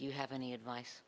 do you have any advice